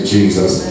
Jesus